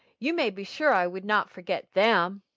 you may be sure i would not forget them.